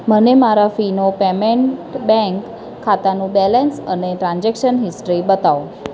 મને મારા ફીનો પેમૅન્ટ બૅંક ખાતાનું બૅલેન્સ અને ટ્રાન્ઝૅક્શન હિસ્ટ્રી બતાવો